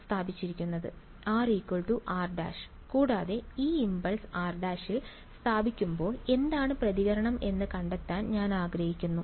r r ′ കൂടാതെ ആ impulse r′ ൽ സ്ഥാപിക്കുമ്പോൾ എന്താണ് പ്രതികരണം എന്ന് കണ്ടെത്താൻ ഞാൻ ആഗ്രഹിക്കുന്നു